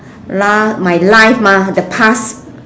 la~ my life mah the past